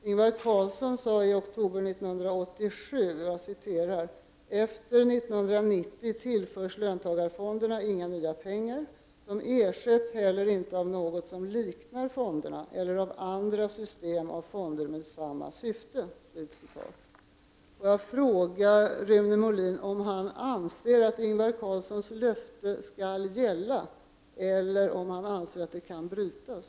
Ingvar Carlsson sade i oktober 1987 att ”efter 1990 tillförs löntagarfonderna inga nya pengar. De ersätts heller inte av något som liknar fonderna eller av andra system av fonder med samma syfte.” Får jag fråga Rune Molin om han anser att Ingvar Carlssons löfte skall gälla eller om han anser att det kan brytas?